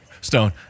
stone